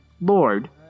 Lord